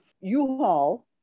U-Haul